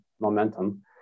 momentum